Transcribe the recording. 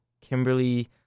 Kimberly